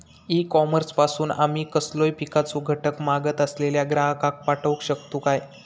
E commerce पासून आमी कसलोय पिकाचो घटक मागत असलेल्या ग्राहकाक पाठउक शकतू काय?